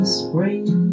spring